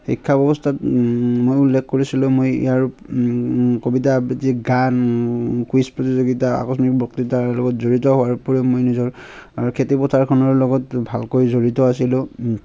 শিক্ষা ব্যৱস্থাত মই উল্লেখ কৰিছিলোঁ মই ইয়াৰ কবিতা আবৃত্তি গান কুইজ প্ৰতিযোগিতা আকস্মিক বক্তৃতাৰ লগত জড়িত হোৱাৰ উপৰিও মই নিজৰ খেতিপথাৰখনৰ লগত ভালকৈ জড়িত আছিলোঁ